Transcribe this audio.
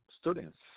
students